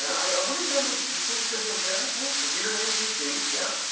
i um wonder if that will. do you think it's going to be apparent here? computer name dc. yeah,